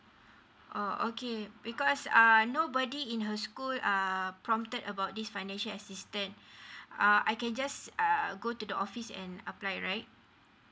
oh okay because uh nobody in her school um prompted about this financial assistance uh I can just err go to the office and apply right